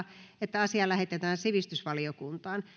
että asia lähetetään sivistysvaliokuntaan